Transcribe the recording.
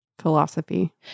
philosophy